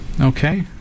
Okay